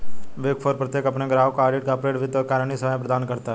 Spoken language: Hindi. बिग फोर प्रत्येक अपने ग्राहकों को ऑडिट, कॉर्पोरेट वित्त और कानूनी सेवाएं प्रदान करता है